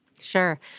Sure